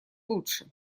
лучше